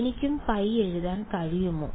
എനിക്കും π എഴുതാൻ കഴിയുമോ